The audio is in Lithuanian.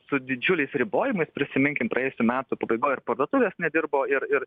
su didžiuliais ribojimas prisiminkim praėjusių metų pabaigoj ir parduotuvės nedirbo ir ir